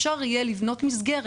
אפשר יהיה לבנות מסגרת,